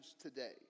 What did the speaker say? today